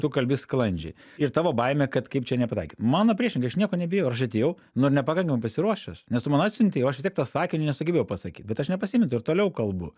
tu kalbi sklandžiai ir tavo baimė kad kaip čia nepataikyt mano priešingai aš nieko nebijau ir aš atėjau nu ir nepakankamai pasiruošęs nes tu man atsiuntei o aš vis tiek to sakinio nesugebėjau pasakyt bet aš nepasimetu ir toliau kalbu